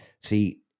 See